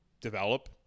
develop